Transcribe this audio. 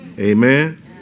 Amen